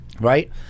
Right